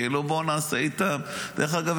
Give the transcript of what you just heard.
דרך אגב,